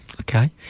Okay